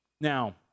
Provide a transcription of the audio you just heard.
Now